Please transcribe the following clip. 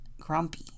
grumpy